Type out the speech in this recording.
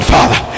Father